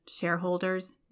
shareholders